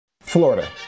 Florida